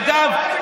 אגב,